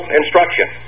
instruction